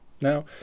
Now